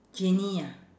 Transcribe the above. genie ah